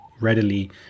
readily